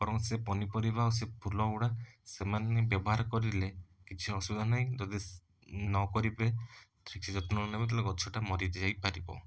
ବରଂ ସେ ପନିପରିବା ଆଉ ସେ ଫୁଲଗୁଡ଼ା ସେମାନେ ନେଇ ବ୍ୟବହାର କରିଲେ କିଛି ଅସୁବିଧା ନାହିଁ ଯଦି ସେ ନ କରିବେ ଠିକସେ ଯତ୍ନ ନ ନେବେ ତାହାଲେ ଗଛଟା ମରି ଯାଇପାରିବ